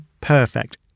perfect